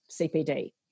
CPD